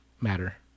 matter